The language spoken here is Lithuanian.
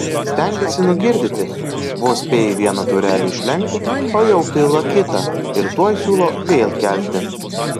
stengėsi nugirdyti vos spėji vieną taurelę išlenkti o jau pila kitą ir tuoj siūlo vėl kelti